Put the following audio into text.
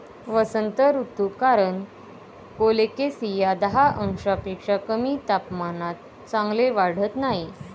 वसंत ऋतू कारण कोलोकेसिया दहा अंशांपेक्षा कमी तापमानात चांगले वाढत नाही